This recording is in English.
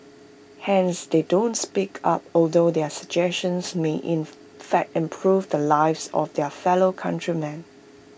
hence they don't speak up although their suggestions may in fact improve the lives of their fellow countrymen